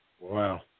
Wow